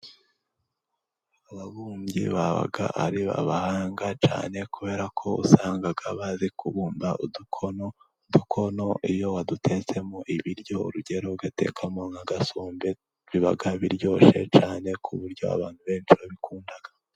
Ababumbyi baba ari abahanga cyane, kubera ko usanga bazi kubumba udukono, udukono iyo wadutetsemo ibiryo, urugero ugatekamo nk'agasombe biba biryoshye cyane, ku buryo abantu benshi babikunda.